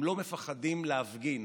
הם לא מפחדים להפגין.